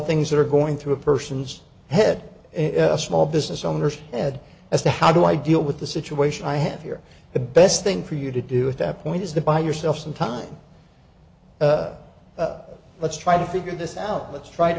things that are going through a person's head in a small business owners head as to how do i deal with the situation i have here the best thing for you to do at that point is that buy yourself some time let's try to figure this out let's try to